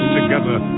together